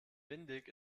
windig